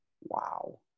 Wow